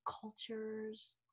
cultures